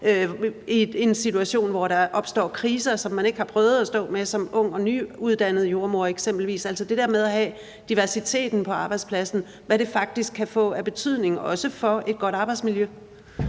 i en situation, hvor der opstår kriser, som man ikke har prøvet at stå med som ung og nyuddannet jordemoder, eksempelvis. Altså, det er det med at have diversiteten på arbejdspladsen, og hvad det faktisk kan få af betydning, også for et godt arbejdsmiljø.